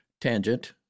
tangent